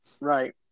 Right